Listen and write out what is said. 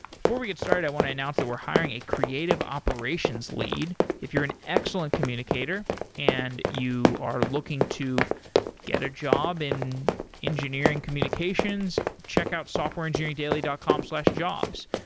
before we get started i want to announce that we're hiring a creative operations lead. if you're an excellent communicator and you are looking to get a job in engineering communications, check out softwareengineeringdaily dot com slash jobs.